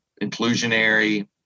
inclusionary